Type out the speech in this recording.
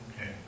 Okay